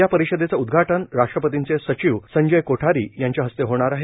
या परिषदेचे उदघाटन राष्ट्रपतींचे सचिव संजय कोठारी यांच्या हस्ते होणार आहे